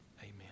Amen